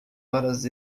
horas